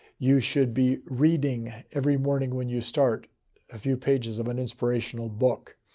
you should be reading every morning, when you start a few pages of an inspirational book.